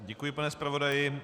Děkuji, pane zpravodaji.